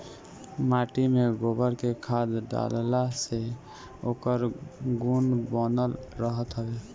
माटी में गोबर के खाद डालला से ओकर गुण बनल रहत हवे